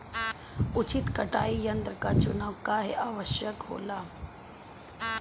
उचित कटाई यंत्र क चुनाव काहें आवश्यक होला?